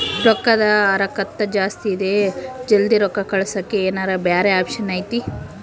ರೊಕ್ಕದ ಹರಕತ್ತ ಜಾಸ್ತಿ ಇದೆ ಜಲ್ದಿ ರೊಕ್ಕ ಕಳಸಕ್ಕೆ ಏನಾರ ಬ್ಯಾರೆ ಆಪ್ಷನ್ ಐತಿ?